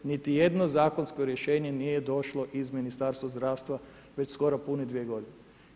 Niti jedno zakonsko rješenje nije došlo iz Ministarstva zdravstva već skoro pune dvije godine.